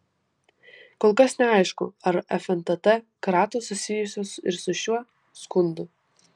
kol kas neaišku ar fntt kratos susijusios ir su šiuo skundu